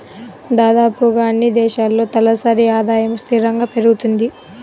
దాదాపుగా అన్నీ దేశాల్లో తలసరి ఆదాయము స్థిరంగా పెరుగుతుంది